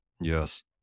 Yes